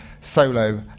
solo